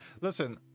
listen